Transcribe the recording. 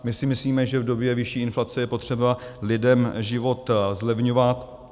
My si myslíme, že v době vyšší inflace je potřeba lidem život zlevňovat.